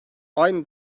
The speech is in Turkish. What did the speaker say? aynı